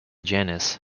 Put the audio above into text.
janice